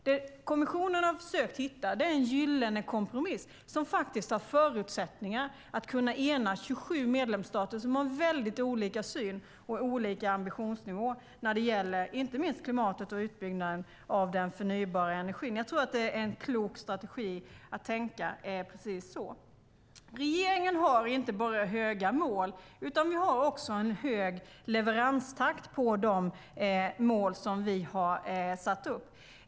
Det kommissionen har försökt hitta är en gyllene kompromiss som faktiskt har förutsättningar att kunna ena 28 medlemsstater som har väldigt olika syn och olika ambitionsnivå när det gäller inte minst klimatet och utbyggnaden av den förnybara energin. Jag tror att det är en klok strategi att tänka precis så. Regeringen har inte bara höga mål utan också en hög leveranstakt för de mål som vi har satt upp.